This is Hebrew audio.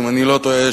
אם אני לא טועה,